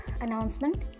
announcement